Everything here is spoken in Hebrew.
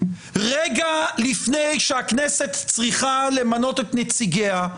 רגע לפני שהכנסת צריכה למנות את נציגיה,